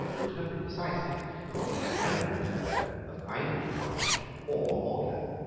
would have been decisive for he had never been a fellow of either new college or magdalene.